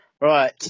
right